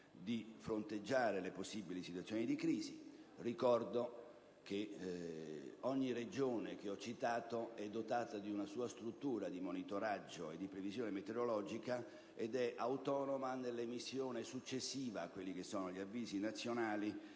di fronteggiare le possibili situazioni di crisi. Ricordo che ogni Regione che ho citato è dotata di una sua struttura di monitoraggio e di previsione meteorologica ed è autonoma nell'emissione successiva agli avvisi nazionali